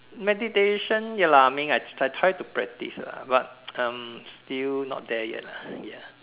meditation ya lah I mean I try to practice lah but I'm still not there yet lah ya